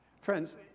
Friends